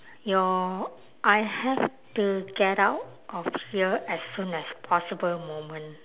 your I have to get out of here as soon as possible moment